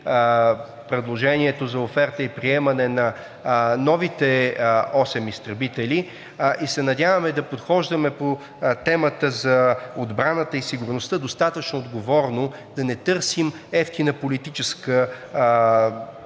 предложението за оферта и приемане на новите осем изтребителя. И се надяваме да подхождаме по темата за отбраната и сигурността достатъчно отговорно, да не търсим евтина политическа изгода